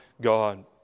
God